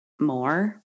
more